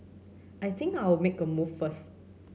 I think I'll make a move first